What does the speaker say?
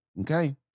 Okay